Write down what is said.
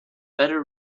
better